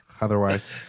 otherwise